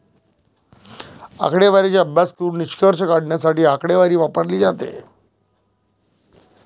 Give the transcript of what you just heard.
आकडेवारीचा अभ्यास करून निष्कर्ष काढण्यासाठी आकडेवारी वापरली जाते